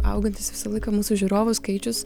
augantis visą laiką mūsų žiūrovų skaičius